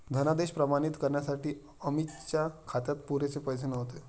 धनादेश प्रमाणित करण्यासाठी अमितच्या खात्यात पुरेसे पैसे नव्हते